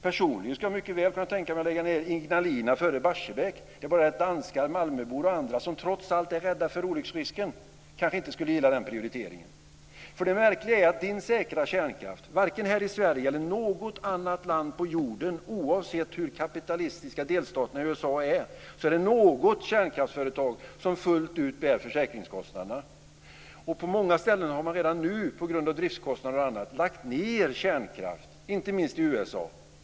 Personligen skulle jag mycket väl kunna tänka mig att lägga ned Ignalina före Barsebäck. Det är bara det att danskar, Malmöbor och andra, som trots allt är rädda för olycksrisken, kanske inte skulle gilla den prioriteringen. Det märkliga är att det inte är något kärnskraftsföretag - varken här i Sverige eller i något annat land på jorden, oavsett hur kapitalistiska delstaterna i USA är - som fullt ut bär försäkringskostnaderna. På många ställen har man redan nu på grund av driftskostnader och annat lagt ned kärnkraft, inte minst i USA.